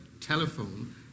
telephone